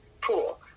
pool